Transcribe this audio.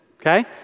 Okay